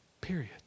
Period